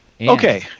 Okay